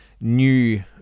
new